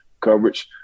coverage